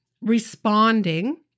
responding